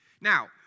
Now